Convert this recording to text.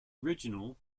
original